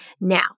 Now